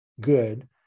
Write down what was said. good